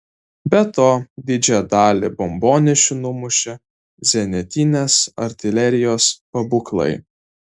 be to didžiąją dalį bombonešių numušė zenitinės artilerijos pabūklai